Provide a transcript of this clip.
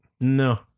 no